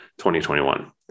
2021